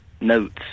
notes